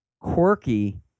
quirky